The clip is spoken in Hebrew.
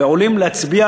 ועולים להצביע.